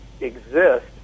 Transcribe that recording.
exist